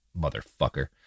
Motherfucker